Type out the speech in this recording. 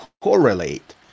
correlate